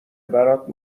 برات